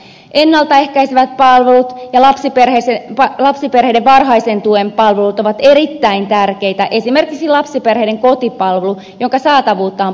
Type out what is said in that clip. ennalta ehkäisevät palvelut ja lapsiperheiden varhaisen tuen palvelut ovat erittäin tärkeitä esimerkiksi lapsiperheiden kotipalvelu jonka saatavuutta on parannettava nykyisestä